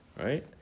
right